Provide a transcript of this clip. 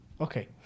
Okay